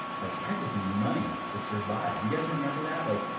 like, i just need money to survive. you guys remember that? like,